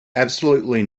absolutely